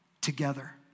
together